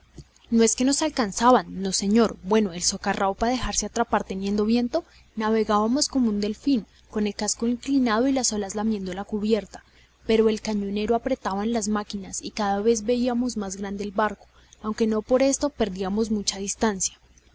no es que nos alcanzaban no señor bueno es el socarrao para dejarse atrapar teniendo viento navegábamos como un delfín con el casco inclinado y las olas lamiendo la cubierta pero en el cañonero apretaban las máquinas y cada vez veíamos más grande el barco aunque no por esto perdíamos mucha distancia